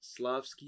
Slavsky